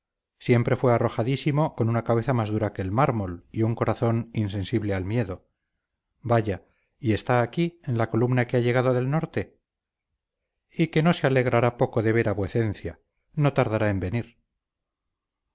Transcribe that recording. siempre fue arrojadísimo con una cabeza más dura que el mármol y un corazón insensible al miedo vaya y está aquí en la columna que ha llegado del norte y que no se alegrará poco de ver a vuecencia no tardará en venir